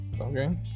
Okay